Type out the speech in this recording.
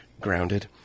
Grounded